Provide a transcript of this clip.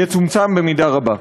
יצומצם במידה רבה.